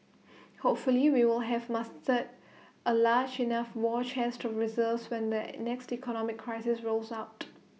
hopefully we will have mustered A large enough war chest to reserves when the next economic crisis rolls out